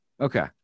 Okay